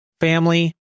family